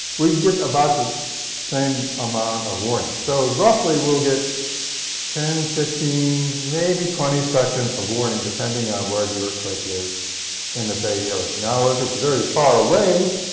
we can get about the same amount of warning. so roughly, we'll get ten, fifteen, maybe twenty seconds of warning, depending on where the earthquake is in the bay area. now, if it's very far away,